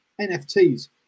NFTs